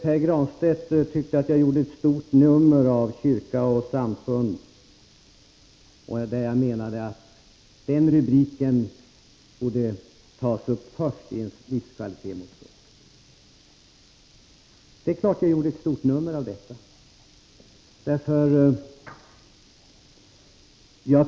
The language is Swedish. Pär Granstedt tyckte att jag gjorde ett stort nummer av att kyrkor och samfund icke togs med i centerns livskvalitetsmotion. Det är klart att jag gjorde ett stort nummer av detta.